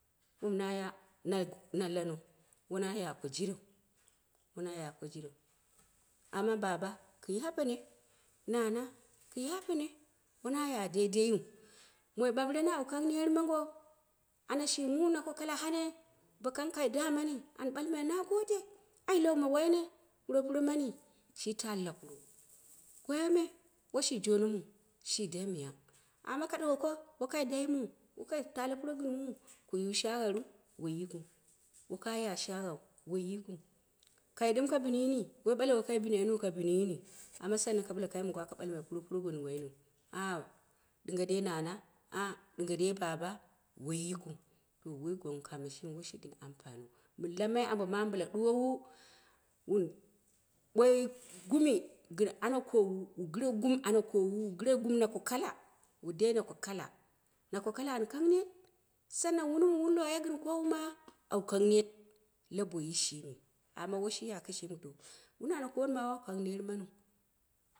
Wom na ya na lanno, woi na ya ko jireu, wona ya ko jireu amma baba ka yafene, nana ka yafene, wo wona ya deidei, moi ɓambir en awu kang ner mongo, ana shi mum ana kokalla hanei ba kang kai dammani, an ɓalmai na gode, ambo ma waine puropuro mani shi taalla puro woime woi shi jone muu shi dai miya, ama ka ɗuwoko wi kai talalli puro ko muu, ku yi shagharu wi yi kiu, woka ya shaghau woiyikiu, kai ɗɨm ka bin yini, woi ɓala woi kai bina yiniu, amma ka ɓalle sannan waka ɓalle puropuro gɨn waineu. Ah ɗingadai nana ah ɗinga dei baba, woi yikiu, woi gwangghu kaame shimi gɨn ampanieu. Min lammai mbo mama bila wu ɗuwowu wuɓoi gumi gɨn ana kowo, wu gɨre gum ana koowu wu gɨre gum ana ko kala wa dai nako kala, nako kala an kang neet, sannan wuni moi wun loya gɨn koa ma awu kang neet la boyi shimi, amma woi shi ya kishimiu, wuni ana kowo ma wu kangi ner maniu.